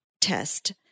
test